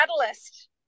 catalyst